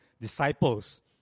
disciples